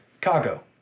Cargo